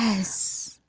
yes.